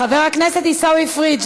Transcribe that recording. חבר הכנסת עיסאווי פריג',